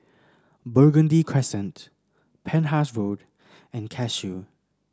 Burgundy Crescent Penhas Road and Cashew